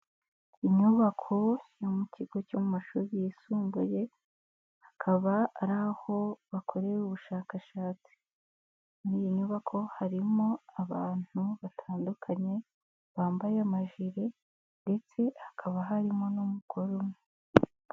Inyubako yo mu kigo cyo mu mashuri yisumbuye hakaba ari aho bakorera ubushakashatsi, muri iyi nyubako harimo abantu batandukanye bambaye amajire ndetse hakaba harimo n'umugore umwe.